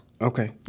Okay